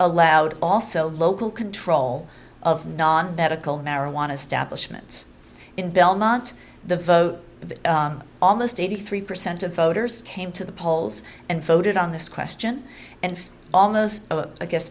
allowed also local control of non medical marijuana stablish mints in belmont the vote almost eighty three percent of voters came to the polls and voted on this question and almost a guess